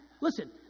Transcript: listen